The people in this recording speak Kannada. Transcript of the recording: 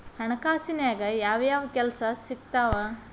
ಹಣಕಾಸಿನ್ಯಾಗ ಯಾವ್ಯಾವ್ ಕೆಲ್ಸ ಸಿಕ್ತಾವ